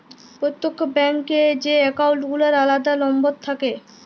প্রত্যেক ব্যাঙ্ক এ যে একাউল্ট গুলার আলাদা লম্বর থাক্যে